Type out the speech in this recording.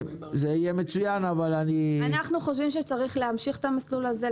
אנחנו חושבים שצריך להמשיך את המסלול הזה,